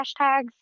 hashtags